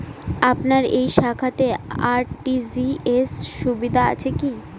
আপনার এই শাখাতে আর.টি.জি.এস সুবিধা আছে কি?